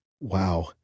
Wow